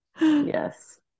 yes